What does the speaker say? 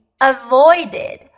avoided